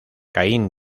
caín